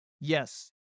Yes